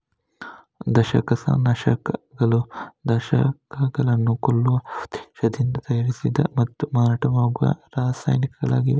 ದಂಶಕ ನಾಶಕಗಳು ದಂಶಕಗಳನ್ನು ಕೊಲ್ಲುವ ಉದ್ದೇಶದಿಂದ ತಯಾರಿಸಿದ ಮತ್ತು ಮಾರಾಟವಾಗುವ ರಾಸಾಯನಿಕಗಳಾಗಿವೆ